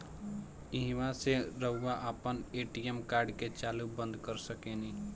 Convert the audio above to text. ईहवा से रऊआ आपन ए.टी.एम कार्ड के चालू बंद कर सकेनी